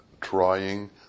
trying